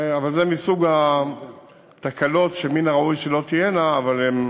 זה מסוג התקלות שמן הראוי שלא תהיינה, אבל הן